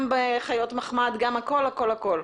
גם חיות מחמד כל התחומים.